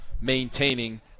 maintaining